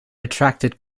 attracted